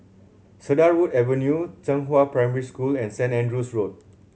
Cedarwood Avenue Zhenghua Primary School and Saint Andrew's Road